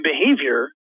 behavior